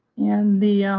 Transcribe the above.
and the,